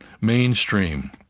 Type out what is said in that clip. mainstream